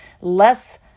less